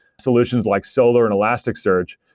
solutions like solar and elasticsearch,